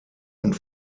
und